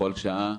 בכל שנה.